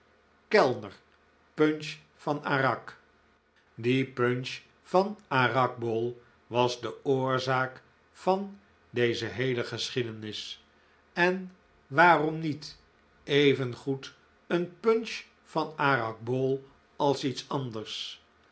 kellner punch van arak die punch van arak bowl was de oorzaak van deze heele geschiedenis en waarom niet evengoed een punch van arak bowl als iets anders